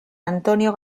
antonio